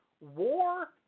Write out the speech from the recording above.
war